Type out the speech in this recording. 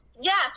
Yes